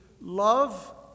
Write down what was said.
love